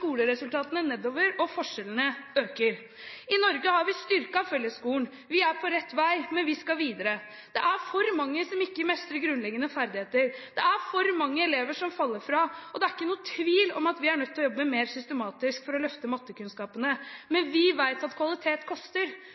skoleresultatene nedover og forskjellene øker. I Norge har vi styrket fellesskolen. Vi er på rett vei, men vi skal videre. Det er for mange som ikke mestrer grunnleggende ferdigheter, det er for mange elever som faller fra, og det er ingen tvil om at vi er nødt til å jobbe mer systematisk for å løfte mattekunnskapene. Men vi vet at kvalitet koster.